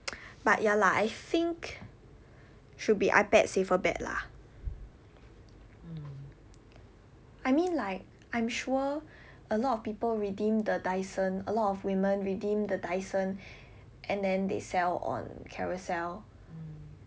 but ya lah I think should be ipad safer bet lah I mean like I'm sure a lot of people redeem the Dyson a lot of women redeem the Dyson and then they sell on Carousell